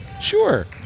Sure